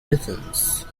missions